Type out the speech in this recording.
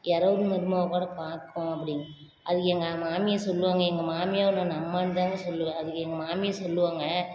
எறவ மருமக கூட பார்க்கும் அப்படின்னு அதுக்கு எங்கள் மாமியார் சொல்லுவாங்க எங்கள் மாமியாரை நான் அம்மான்னு தாங்க சொல்லுவேன் அதுக்கு எங்கள் மாமியார் சொல்லுவாங்க